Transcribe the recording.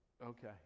Okay